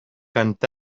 quant